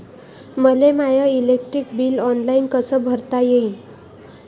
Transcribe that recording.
मले माय electric bill online कस भरता येईन?